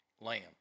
lamb